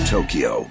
Tokyo